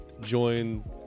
join